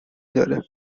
داره